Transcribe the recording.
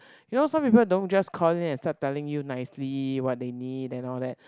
you know some people don't just call in and start telling you nicely what they need and all that